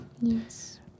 Yes